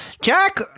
Jack